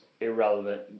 irrelevant